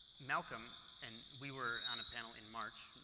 malcolm and we were on a panel in march,